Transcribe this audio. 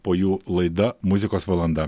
po jų laida muzikos valanda